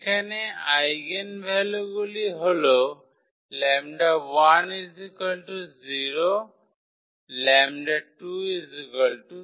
এখানে আইগেনভ্যালুগুলি হল 𝜆1 0 𝜆2 3